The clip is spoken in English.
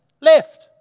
left